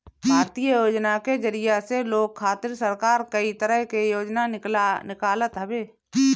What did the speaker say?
भारतीय योजना के जरिया से लोग खातिर सरकार कई तरह के योजना निकालत हवे